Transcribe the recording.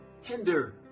hinder